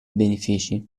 benefici